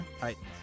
Titans